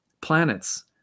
planets